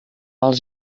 els